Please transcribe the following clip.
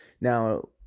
Now